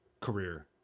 career